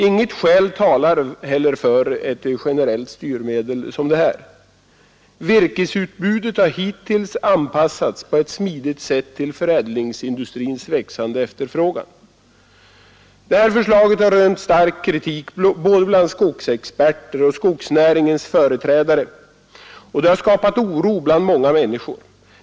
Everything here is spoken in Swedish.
Inget skäl talar heller för ett generellt styrmedel som detta. Virkesutbudet har hittills anpassats på ett smidigt sätt till förädlingsindustrins växande efterfrågan. Det här förslaget har rönt stark kritik bland både skogsexperter och skogsnäringens företrädare, och det har skapat oro bland många människor.